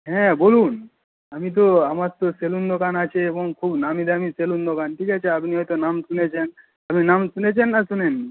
হ্যাঁ বলুন আমি তো আমার তো সেলুন দোকান আছে এবং খুব নামী দামী সেলুন দোকান ঠিক আছে আপনি হয়তো নাম শুনেছেন আপনি নাম শুনেছেন না শোনেননি